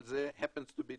אבל זה במקרה נכון.